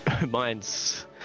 mine's